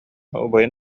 убайын